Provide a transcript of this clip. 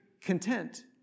content